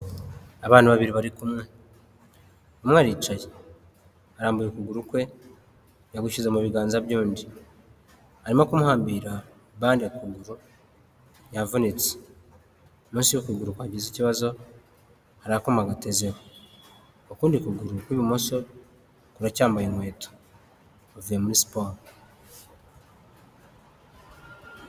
Abantu babiri bari kumwe, umwe aricaye arambuye ukuguru kwe yagushyize mu biganza byundi arimo kumuhambira bande ku kuguru yavunitse, munsi ku kuguru kwagize ikibazo hari akuma gatezeho, ukundi kuguru kw'ibumoso kuracyambaye inkweto uvuye muri siporo